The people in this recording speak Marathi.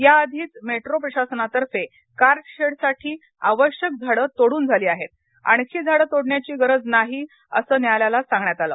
त्या आधीच मेट्रो प्रशासनातर्फे कारशेड साठी आवश्यक झाड तोडून झाली आहेत आणखी झाड तोडण्याची गरज नाही अस न्यायालयाला सांगण्यात आल